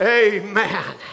amen